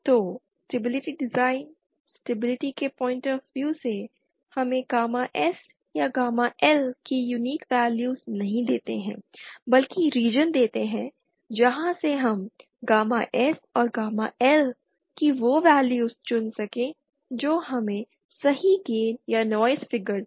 तो stability design stability के point of view से हमे गामा S या गामा L की यूनिक वैल्यूज़ नहीं देता है बल्कि रीजन देता है जहाँ से हम गामा S और गामा L की वो वैल्यूज चुन सकें जो हमे सही गेन या नॉइज़ फिगर दे